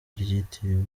ryitiriwe